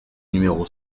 numéro